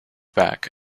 back